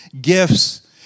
gifts